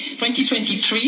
2023